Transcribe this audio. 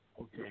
okay